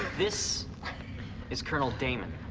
this is colonel damon.